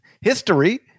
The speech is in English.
history